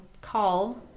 call